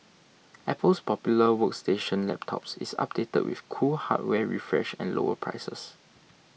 Apple's popular workstation laptops is updated with cool hardware refresh and lower prices